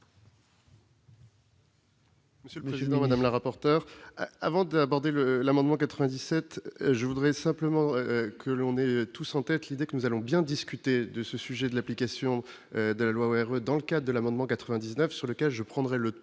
Monsieur le président, madame la rapporteure avant d'aborder le l'amendement 97, je voudrais simplement que l'on est tous en tête l'idée que nous allons bien discuter de ce sujet de l'application de la loi Where dans le cas de l'amendement 99 sur lequel je prendrai le temps